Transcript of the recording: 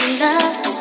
love